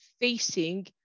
facing